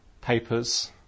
papers